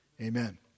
Amen